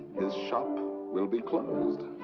his shop will be closed.